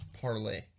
parlay